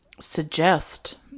suggest